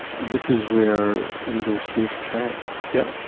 this is where angels fear to tread. yeah